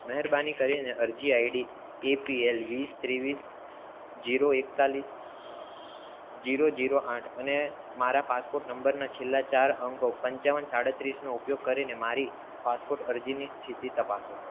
મહેરબાની કરીને અરજી આઈડી એપીએલ વીસ ત્રેવીસ જીરો એકતાળીસ જીરો જીરો આઠ અને મારા પાસપોટ નંબરના છેલ્લા ચાર અંકો પંચાવન સાડત્રીસનો ઉપયોગ કરીને મારી પાસપોટ અરજીની સ્થિતિ તપાસો